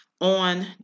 on